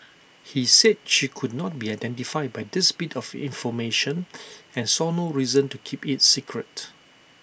he said she could not be identified by this bit of information and saw no reason to keep IT secret